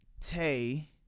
Tay